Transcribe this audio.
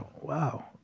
Wow